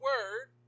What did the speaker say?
word